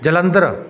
Jalandhar